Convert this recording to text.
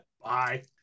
Bye